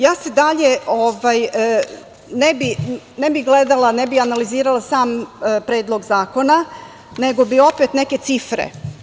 Ja dalje ne bi gledala, ne bi analizirala sam Predlog zakona, nego bi opet neke cifre.